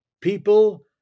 people